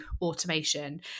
automation